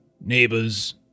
Neighbors